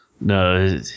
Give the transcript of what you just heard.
no